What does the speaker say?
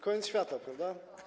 Koniec świata, prawda?